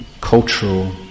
cultural